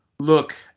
look